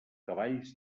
cavalls